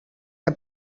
que